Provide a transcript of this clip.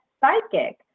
psychic